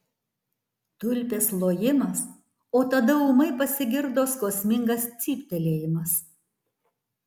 tulpės lojimas o tada ūmai pasigirdo skausmingas cyptelėjimas